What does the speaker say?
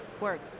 work